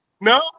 no